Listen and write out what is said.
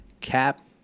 Cap